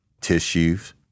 tissues